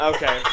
Okay